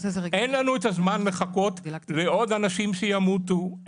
אין לנו זמן לחכות לעוד אנשים שימותו.